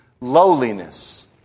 lowliness